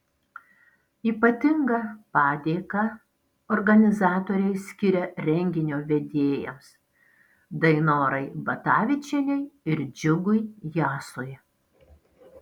ypatingą padėką organizatoriai skiria renginio vedėjams dainorai batavičienei ir džiugui jasui